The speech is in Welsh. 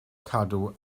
cadw